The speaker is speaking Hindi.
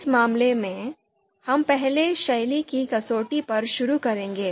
इस मामले में हम पहले शैली की कसौटी पर शुरू करेंगे